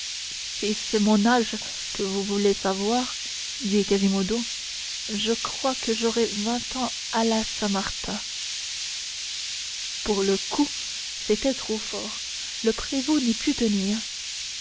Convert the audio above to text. si c'est mon âge que vous voulez savoir dit quasimodo je crois que j'aurai vingt ans à la saint-martin pour le coup c'était trop fort le prévôt n'y put tenir